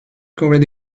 covered